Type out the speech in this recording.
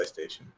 PlayStation